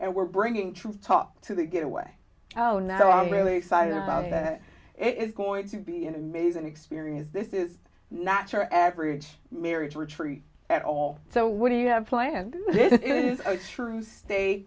and we're bringing true top to the get away oh no i'm really excited about it and it's going to be an amazing experience this is not your average marriage retreat at all so what do you have planned it is true state